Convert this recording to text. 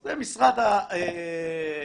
זה משרד הספורט.